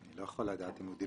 אני אומר שוב,